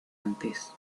antes